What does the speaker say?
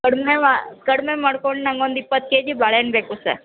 ಕಡಿಮೆ ಮ ಕಡಿಮೆ ಮಾಡ್ಕೊಂಡು ನಂಗೊಂದು ಇಪ್ಪತ್ತು ಕೆ ಜಿ ಬಾಳೆಹಣ್ಣು ಬೇಕು ಸರ್